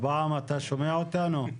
הפעם אתה שומע אותנו?